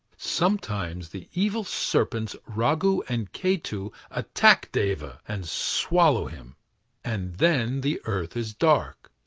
sometimes the evil serpents ragu and ketu attack deva and swallow him and then the earth is dark.